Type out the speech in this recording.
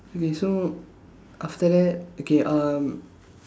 okay so after that okay um